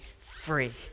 free